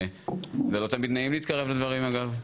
זה לא תמיד נעים להתקרב לדברים אגב,